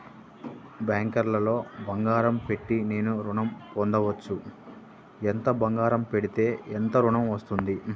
బ్యాంక్లో బంగారం పెట్టి నేను ఋణం పొందవచ్చా? ఎంత బంగారం పెడితే ఎంత ఋణం వస్తుంది?